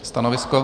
Stanovisko?